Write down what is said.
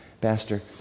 Pastor